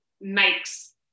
makes